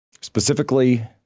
Specifically